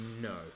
No